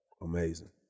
amazing